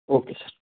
okay sir